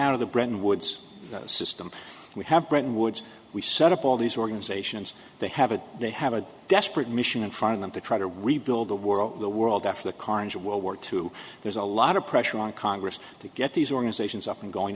out of the bretton woods system we have bretton woods we set up all these organizations they have a they have a desperate mission in front of them to try to rebuild the world the world after the carnage of world war two there's a lot of pressure on congress to get these organizations up and going